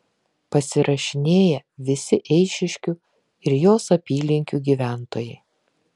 pasirašinėja visi eišiškių ir jos apylinkių gyventojai